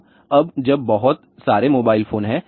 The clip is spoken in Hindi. तो अब जब बहुत सारे मोबाइल फोन हैं